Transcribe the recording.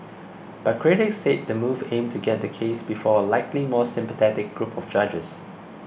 but critics said the move aimed to get the case before a likely more sympathetic group of judges